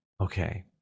okay